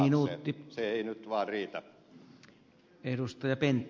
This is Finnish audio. se ei nyt vaan riitä